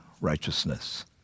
righteousness